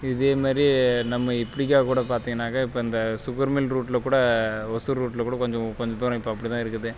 இதே மாதிரி நம்ம இப்படிக்கா கூட பார்த்தீங்கன்னாக்கா இப்போ இந்த சுகர் மில் ரோட்டில் கூட ஒசூர் ரோட்டில் கூட கொஞ்சம் கொஞ்சம் தூரம் இப்போ அப்படி தான் இருக்குது